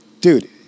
Dude